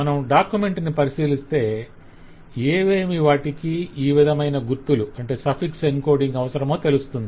మనం డాక్యుమెంట్ ని పరిశీలిస్తే ఎవేమీ వాటికి ఈ విధమైన గుర్తులు అవసరమో తెలుస్తుంది